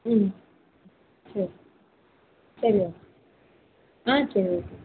ம் சரி சரி ஓ ஆ சரி ஓகே